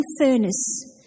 furnace